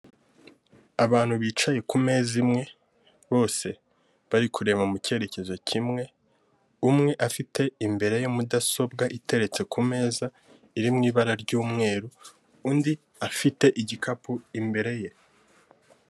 Abantu batatu bahagaze umwe yambaye impuzankano ya polisi y'u Rwanda undi yambaye umupira w'umweru yambaye amadarubindi y'umukara ndetse afite n'agakapu ku rutugu k'umutuku.